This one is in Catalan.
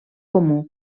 comú